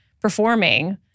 performing